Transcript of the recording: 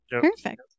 perfect